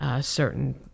Certain